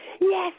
yes